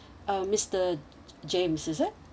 uh mister james is it